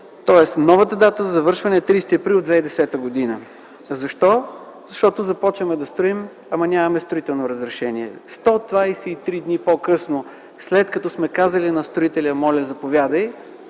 тоест новата дата на завършване е 30 април 2010 г. Защо? Защото започваме да строим, ама нямаме строително разрешение. Това са 123 дни по-късно! След като сме казали на строителя „Моля, заповядай”,